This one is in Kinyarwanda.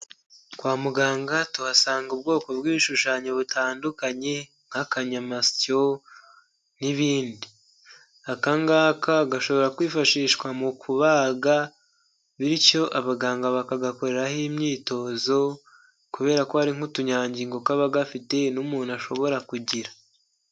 Kwa muganga tuhasanga ubwoko bw'ibishushanyo butandukanye nk'akanyayamasyo n'ibindi, akangaka gashobora kwifashishwa mu kubaga bityo abaganga bakagakoreraho imyitozo kubera ko hari nk'utunyangingo kaba gafite umuntu ashobora kugira.